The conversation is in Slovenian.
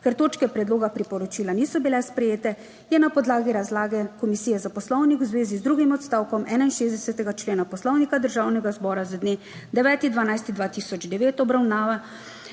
Ker točke predloga priporočila niso bile sprejete, je na podlagi razlage Komisije za Poslovnik v zvezi z drugim odstavkom 61. člena Poslovnika Državnega zbora z dne 9. 12. 2009, obravnava